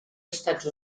estats